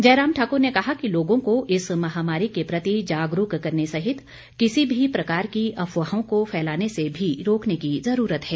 जयराम ठाकुर ने कहा कि लोगों को इस महामारी के प्रति जागरूक करने सहित किसी भी प्रकार की अफवाहों को फैलाने से भी रोकने की ज़रूरत है